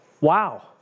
Wow